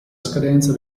scadenza